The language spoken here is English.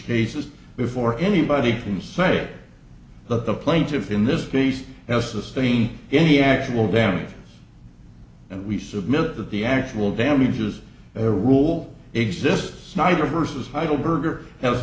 cases before anybody can say that the plaintiff in this case now sustain any actual damage and we submit that the actual damages a rule exists neither versus idol berger has